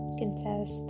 confess